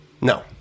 No